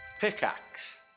Pickaxe